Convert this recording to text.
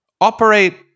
operate